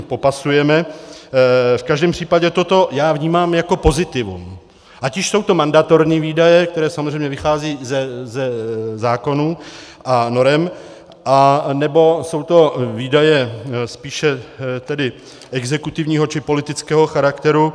V každém případě toto já vnímám jako pozitivum, ať už jsou to mandatorní výdaje, které samozřejmě vycházejí ze zákonů a norem, anebo jsou to výdaje spíše tedy exekutivního či politického charakteru.